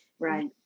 Right